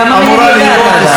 אני כמה מילים יודעת,